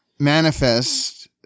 Manifest